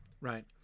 right